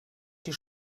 die